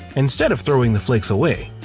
instead of throwing the flakes away,